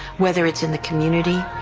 whether it's in the community,